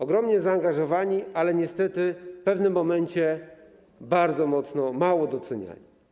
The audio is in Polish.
Ogromnie zaangażowani, ale niestety w pewnym momencie bardzo mało doceniani.